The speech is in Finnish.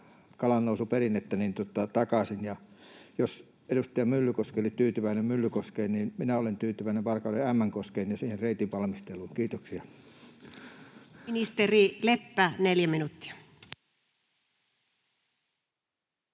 kalannousuperinnettä takaisin. Jos edustaja Myllykoski oli tyytyväinen Myllykoskeen, niin minä olen tyytyväinen Varkauden Ämmänkoskeen ja siihen reitin valmisteluun. — Kiitoksia. [Speech 493] Speaker: